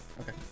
Okay